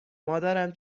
مادرم